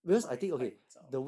卖太早